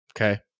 Okay